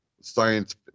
science